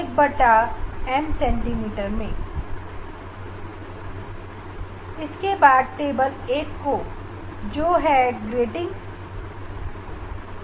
जिसके बाद ग्रेटिंग की धरातल पर प्रकाश की नॉर्मल इंसीडेंस वाली अवस्था के लिए टेबल 1 को अपनी कॉपी में बनाएँगे